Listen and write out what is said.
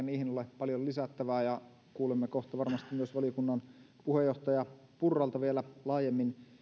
niihin ole paljon lisättävää ja kuulemme kohta varmasti myös valiokunnan puheenjohtaja purralta vielä laajemmin